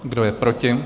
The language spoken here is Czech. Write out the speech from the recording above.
Kdo je proti?